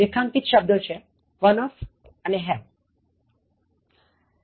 રેખાંકિત શબ્દો છે one of અને have 16